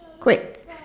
Quick